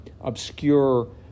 obscure